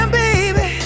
baby